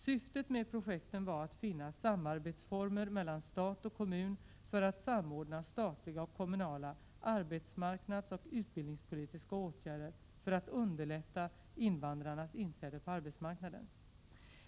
Syftet med projekten var att finna samarbetsformer mellan stat och kommun för att samordna statliga och kommunala arbetsmarknadsoch utbildningspolitiska åtgärder för att underlätta invandrarnas inträde på arbetsmarknaden.